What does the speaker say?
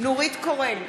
נורית קורן,